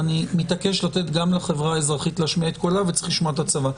ואני מתעקש לתת גם לחברה האזרחית להשמיע את קולה וצריך לשמוע את הצבא.